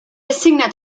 assignat